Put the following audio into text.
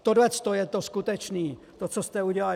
Tohleto je to skutečné, to, co jste udělali.